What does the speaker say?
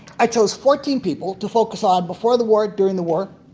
i chose fourteen people to focus on before the war, during the war,